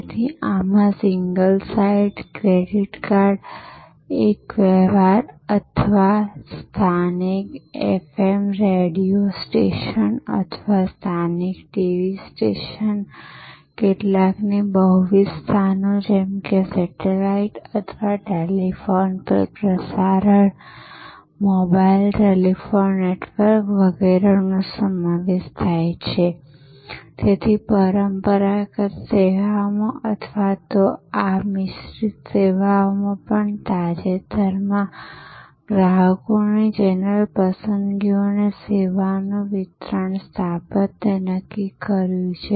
તેથી આમાં single site credit card એક વ્યવહાર અથવા સ્થાનિક એફએમ રેડિયો સ્ટેશન અથવા સ્થાનિક ટીવી સ્ટેશન કેટલાકને બહુવિધ સ્થાનો જેમ કે સેટેલાઇટ અથવા ટેલિફોન પર પ્રસારણ મોબાઇલ ટેલિફોન નેટવર્ક વગેરેનો સમાવેશ થાય છે તેથી પરંપરાગત સેવાઓમાં અથવા તો આ મિશ્રિત સેવાઓમાં પણ તાજેતરમાં ગ્રાહકોની ચેનલ પસંદગીઓએ સેવાનું વિતરણ સ્થાપત્ય નક્કી કર્યું છે